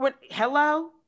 Hello